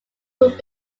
would